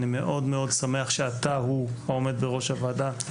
אני מאוד מאוד שמח שאתה הוא העומד בראש הוועדה,